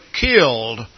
killed